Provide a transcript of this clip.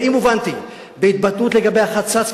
ואם הובנתי בהתבטאות לגבי החצץ,